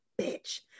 bitch